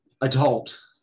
adult